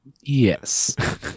Yes